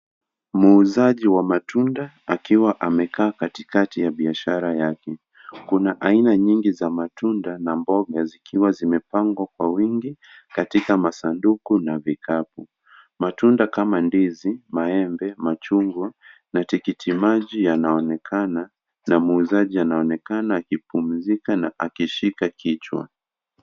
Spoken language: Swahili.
Muuzaji wa matunda akiwa amekaa katikati ya biashara yake. Kuna aina nyingi za matunda na mboga zikiwa zimepangwa kwa wingi katika masanduku na vikapu. Matunda kama ndizi, maembe, machungwa na tikiti maji yanaonekana. Na muuzaji anaonekana akipumzika na akishika kichwa.